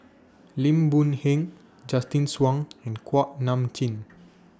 Lim Boon Heng Justin Zhuang and Kuak Nam Jin